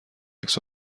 عکس